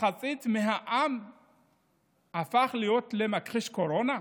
מחצית מהעם הפכה להיות מכחישי קורונה?